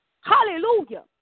Hallelujah